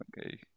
Okay